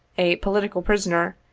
a political pri soner,